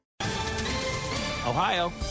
Ohio